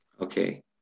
okay